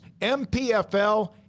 MPFL